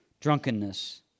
Drunkenness